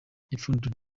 ipfundo